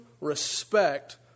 respect